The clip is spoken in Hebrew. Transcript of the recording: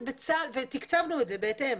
תקצבנו את זה בהתאם.